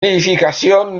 nidification